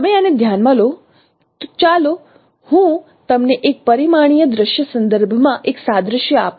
તમે આને ધ્યાનમાં લો ચાલો હું તમને એક પરિમાણીય દ્રશ્યના સંદર્ભમાં એક સાદ્રશ્ય આપું